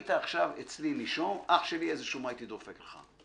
היית אצלי נישום, איזה שומה הייתי דופק לך,